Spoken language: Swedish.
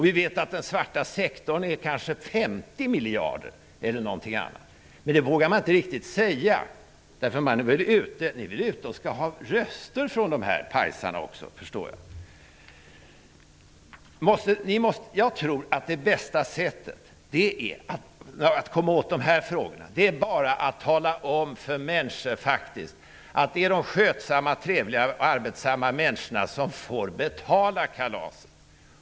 Vi vet att den svarta sektorn gäller ca 50 miljarder. Men det vågar man inte riktigt säga. Ni är väl ute efter att få röster från de här pajsarna också. Jag tror att bästa sättet att komma åt fusket är att tala om för människor att det faktiskt är de som är skötsamma, trevliga och arbetsamma som får betala kalaset.